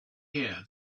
here